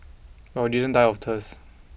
but we didn't die of thirst